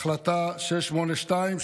החלטה 682,